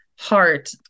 heart